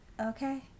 Okay